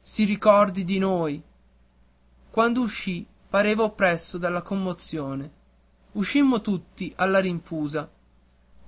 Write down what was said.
si ricordi di noi quando uscì pareva oppresso dalla commozione uscimmo tutti alla rinfusa